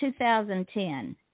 2010